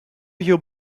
your